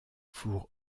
four